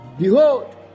Behold